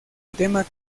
tema